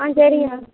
ஆ சரிங்க மேம்